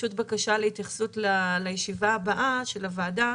בקשה להתייחסות לישיבה הבאה של הוועדה.